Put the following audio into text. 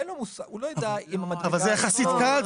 הוא לא יודע --- זה יחסית קל.